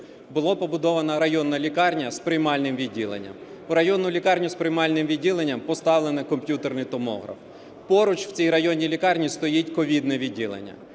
Була побудована районна лікарня з приймальним відділенням. В районну лікарню з приймальним відділенням поставлений комп'ютерний томограф. Поруч в цій районній лікарні стоїть ковідне відділення